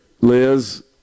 liz